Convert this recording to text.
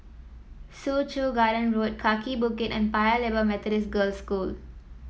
Soo Chow Garden Road Kaki Bukit and Paya Lebar Methodist Girls' School